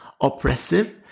oppressive